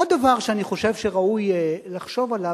עוד דבר שאני חושב שראוי לחשוב עליו.